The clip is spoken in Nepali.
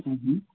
अँ